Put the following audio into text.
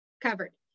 covered